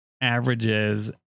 averages